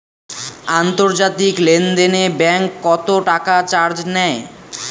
আন্তর্জাতিক লেনদেনে ব্যাংক কত টাকা চার্জ নেয়?